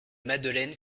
madeleine